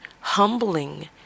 humbling